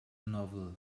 novel